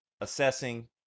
assessing